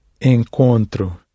Encontro